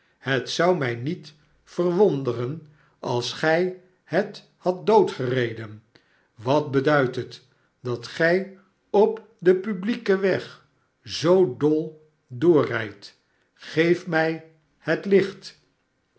thet zou mij niet verwonderen als gij het hadt doodgereden wat beduidt het dat gij op den publieken weg zoo dol doorrijdt geef mij het licht